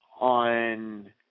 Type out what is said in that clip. on